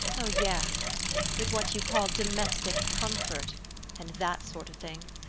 oh yes with what you call domestic comfort and that sort of thing.